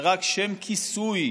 זה רק שם כיסוי,